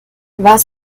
was